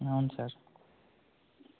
అవును సార్